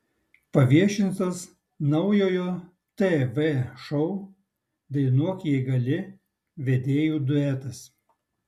paviešintas naujojo tv šou dainuok jei gali vedėjų duetas